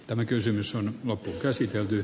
tämä kysymys on loppuunkäsitelty